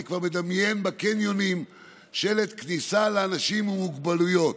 אני כבר מדמיין בקניונים שלט כניסה לאנשים עם מוגבלויות.